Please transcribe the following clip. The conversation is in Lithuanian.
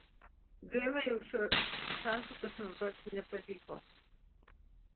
gaila jog šiuo šansu pasinaudoti nepavyko